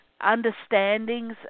understandings